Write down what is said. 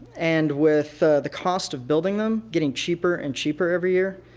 and with the cost of building them getting cheaper and cheaper every year,